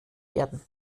werden